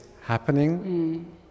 happening